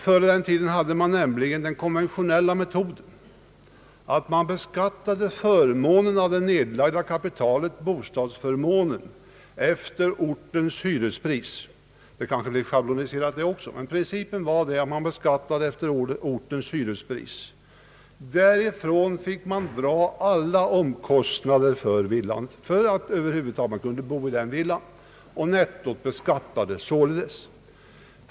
Före den tiden tillämpades den konventionella metoden att beskatta förmånen av det nedlagda kapitalet — bostadsförmånen — efter ortens hyrespris, som kanske också det schabloniserades. Därifrån fick man dra alla omkostnader man hade för att kunna bo i villan, och sedan beskattades nettot.